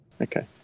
Okay